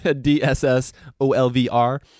D-S-S-O-L-V-R